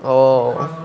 oh